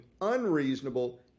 unreasonable